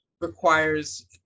requires